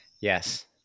Yes